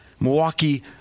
Milwaukee